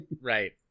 Right